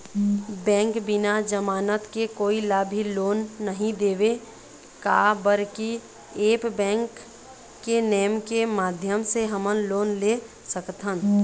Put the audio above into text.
Bank बिना जमानत के कोई ला भी लोन नहीं देवे का बर की ऐप बैंक के नेम के माध्यम से हमन लोन ले सकथन?